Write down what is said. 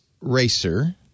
racer